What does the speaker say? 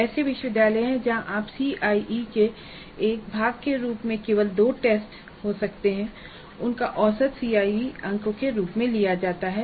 ऐसे विश्वविद्यालय हैं जहां आप CIE के एक भाग के रूप में केवल दो टेस्ट हो सकते हैं और उनका औसत CIE अंकों के रूप में लिया जाता है